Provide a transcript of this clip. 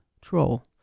Troll